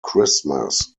christmas